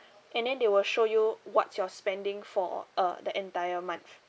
and then they will show you what's your spending for uh the entire month